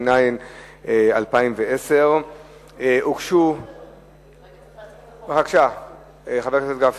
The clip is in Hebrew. התש"ע 2010. חבר הכנסת משה גפני,